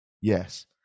Yes